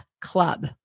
club